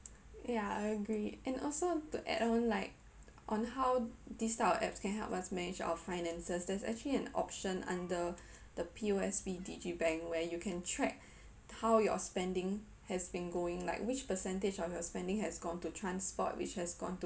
ya I agree and also to add on like on how these type of apps can help us manage our finances there's actually an option under the P_O_S_B digi bank where you can track how your spending has been going like which percentage of your spending has gone to transport which has gone to